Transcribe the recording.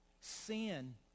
Sin